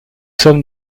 sommes